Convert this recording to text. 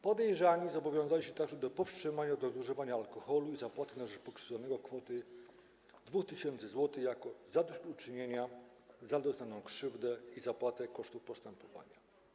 Podejrzani zobowiązali się także do powstrzymania się od używania alkoholu i zapłaty na rzecz pokrzywdzonego kwoty 2 tys. zł jako zadośćuczynienia za doznaną krzywdę i zapłatę kosztów postępowania.